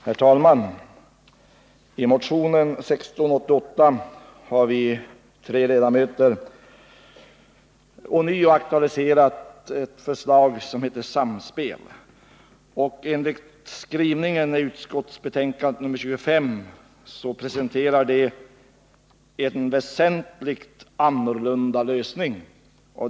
Herr talman! I motionen 1688 har vi ånyo aktualiserat ett förslag som heter Samspel. Enligt skrivningen i utskottets betänkande innebär det förslaget en väsentligt annorlunda lösning.